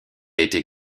été